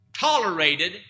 tolerated